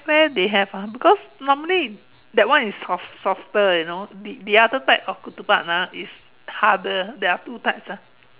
where they have ah because normally that one is soft~ softer you know the the other type of ketupat ah is harder there are two types ah